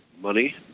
money